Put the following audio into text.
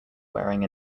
wearing